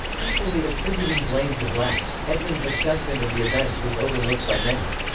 equally attributing blame to blacks, edmonds assessment of the events was overlooked by many.